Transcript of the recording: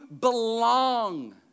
belong